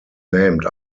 named